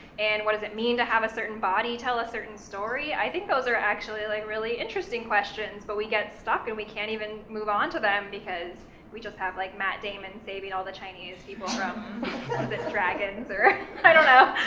and what it does it mean to have a certain body tell a certain story. i think those are actually, like, really interesting questions, but we get stuck, and we can't even move on to them, because we just have, like, matt damon saving all the chinese people from the dragons, or i don't know.